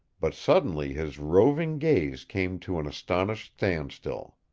but suddenly his roving gaze came to an astonished standstill.